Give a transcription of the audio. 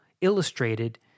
illustrated